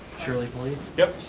shirley pulley. yep,